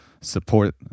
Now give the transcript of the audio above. support